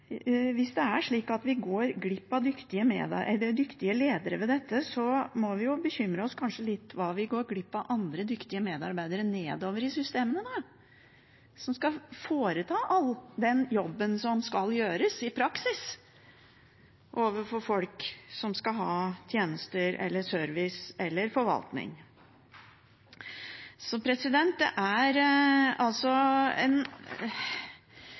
Hvis vi går glipp av dyktige ledere ved dette, må vi bekymre oss for at vi går glipp av andre dyktige medarbeidere nedover i systemene, de som skal gjøre all den jobben som skal gjøres i praksis overfor folk som skal ha tjenester eller service, eller forvaltning. Jeg får en følelse av at man tenker det er